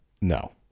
No